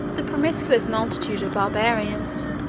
the promiscuous multitude of barbarians,